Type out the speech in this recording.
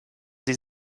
sie